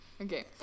Okay